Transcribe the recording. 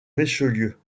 richelieu